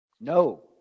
No